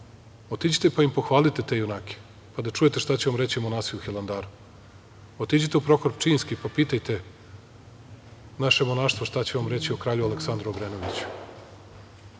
otiđite pa im pohvalite te junake, pa da čujete šta će vam reći monasi u Hilandaru. Otiđite u Prohor Pčinjski pa pitajte naše monaštvo šta će vam reći o kralju Aleksandru Obrenoviću.